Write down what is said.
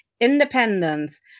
independence